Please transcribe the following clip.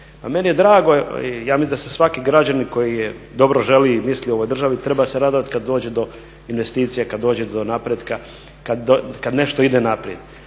meni je drago, ja mislim da se svaki građanin koji je dobro želi i misli ovoj državi treba se radovati kada dođe do investicija, kad dođe do napretka, kad nešto ide naprijed.